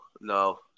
no